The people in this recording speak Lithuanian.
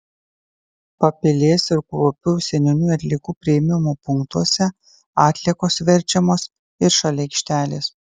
papilės ir kruopių seniūnijų atliekų priėmimo punktuose atliekos verčiamos ir šalia aikštelės